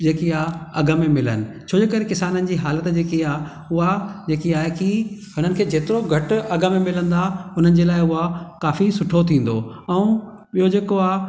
जेकी आहे अघ में मिलनि छोजे करे किसाननि जी हालति जेकी आहे उहा जेकी आहे की हुननि खे जेतिरो घटि अघ में मिलंदा हुननि जे लाइ उहा काफ़ी सुठो थींदो ऐं ॿियो जेको आहे